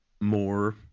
More